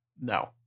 No